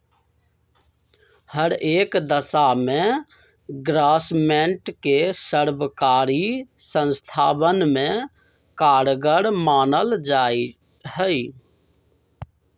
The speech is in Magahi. हर एक दशा में ग्रास्मेंट के सर्वकारी संस्थावन में कारगर मानल जाहई